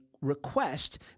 request